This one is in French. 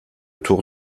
tour